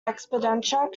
expenditure